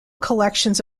collections